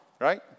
right